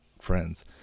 friends